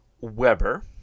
Weber